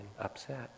upset